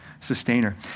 sustainer